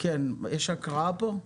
יש הקראה פה?